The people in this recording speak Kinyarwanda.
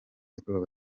yakorewe